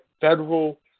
federal